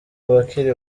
abakiri